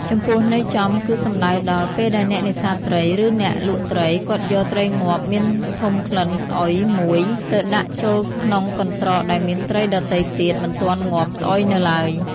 ចំពោះន័យចំគឺសំដៅដល់ ពេលដែលអ្នកនេសាទត្រី ឬអ្នកលក់ត្រី គាត់យកត្រីងាប់មានធុំក្លិនស្អុយមួយ ទៅដាក់ចូលក្នុងត្រកដែលមានត្រីដទៃទៀតមិនទាន់ងាប់ស្អុយនៅឡើយ។